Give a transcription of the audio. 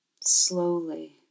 slowly